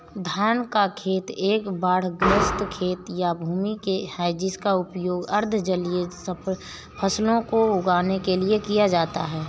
धान का खेत एक बाढ़ग्रस्त खेत या भूमि है जिसका उपयोग अर्ध जलीय फसलों को उगाने के लिए किया जाता है